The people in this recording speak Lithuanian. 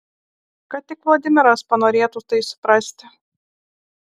kad tik vladimiras panorėtų tai suprasti